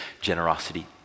generosity